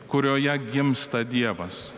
kurioje gimsta dievas